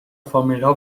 فامیلها